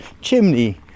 chimney